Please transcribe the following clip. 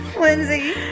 Lindsay